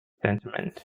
sentiment